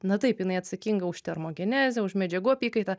na taip jinai atsakinga už termogenezę už medžiagų apykaitą